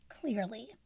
clearly